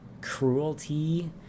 cruelty